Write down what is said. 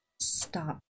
Stop